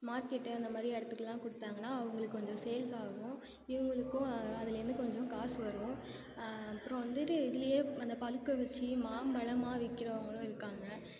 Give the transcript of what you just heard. market அந்தமாதிரி இடத்துக்குலாம் கொடுத்தாங்கன்னா அவங்களுக்கு கொஞ்சம் சேல்ஸ் ஆகும் இவங்களுக்கும் அதுலேருந்து கொஞ்சம் காசு வரும் அப்புறம் வந்துட்டு இதுலேயே அந்த பழுக்க வச்சி மாம்பழமாக விற்கிறவங்களும் இருக்காங்க